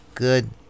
good